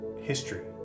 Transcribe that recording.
history